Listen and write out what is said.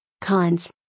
Cons